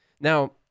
Now